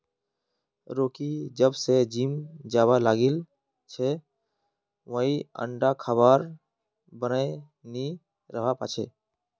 Rocky जब स gym जाबा लागिल छ वइ अंडा खबार बिनइ नी रहबा पा छै